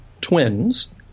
twins